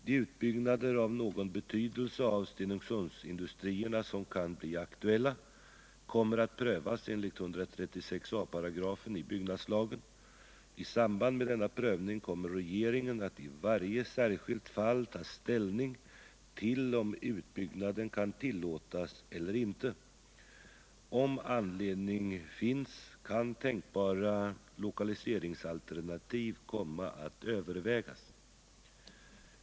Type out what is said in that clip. De utbyggnader av någon betydelse av Stenungsundsindustrierna som kan bli aktuella kommer att prövas enligt 136 a § i byggnadslagen. I samband med denna prövning kommer regeringen att i varje särskilt fall ta ställning till om utbyggnaden kan tillåtas eller inte. Om anledning finns kan tänkbara lokaliseringsalternativ komma att övervägas.